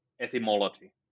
etymology